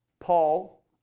Paul